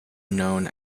known